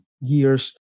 years